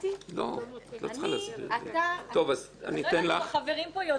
לא יודעת אם החברים פה יודעים,